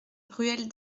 ruelle